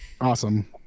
Awesome